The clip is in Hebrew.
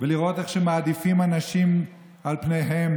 ולראות איך מעדיפים אנשים על פניהם,